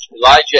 Elijah